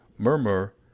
murmur